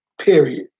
period